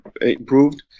improved